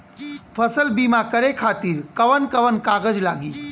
फसल बीमा करे खातिर कवन कवन कागज लागी?